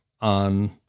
on